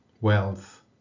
wealth